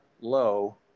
low